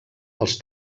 els